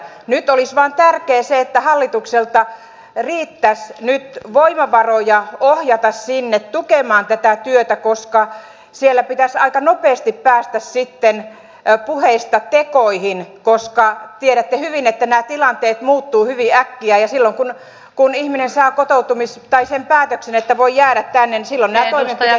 nyt olisi vain tärkeää se että hallituksella riittäisi nyt ohjata sinne voimavaroja tukemaan tätä työtä koska siellä pitäisi aika nopeasti päästä puheista tekoihin koska tiedätte hyvin että nämä tilanteet muuttuvat hyvin äkkiä ja silloin kun ihminen saa sen päätöksen että voi jäädä tänne näiden toimenpiteiden pitää olla valmiina